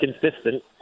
consistent